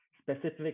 specific